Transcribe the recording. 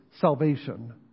salvation